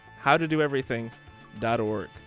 howtodoeverything.org